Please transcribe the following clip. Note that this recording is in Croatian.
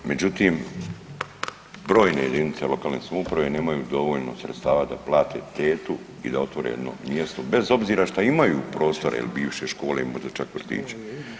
Međutim, brojne jedinice lokalne samouprave nemaju dovoljno sredstava da plate tetu i da otvore jedno mjesto bez obzira što imaju prostore bivše škole ili možda čak vrtiće.